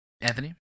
anthony